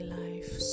life